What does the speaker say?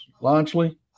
largely